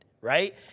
Right